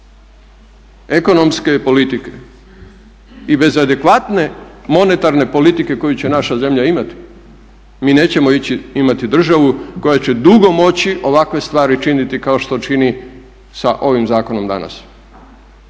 ekonomske politike i bez adekvatne monetarne politike koju će naša zemlja imati mi nećemo imati državu koja će dugo moći ovakve stvari činiti kao što čini sa ovim zakonom danas.